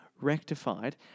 rectified